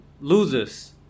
loses